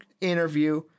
interview